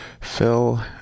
Phil